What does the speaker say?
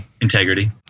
Integrity